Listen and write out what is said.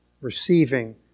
receiving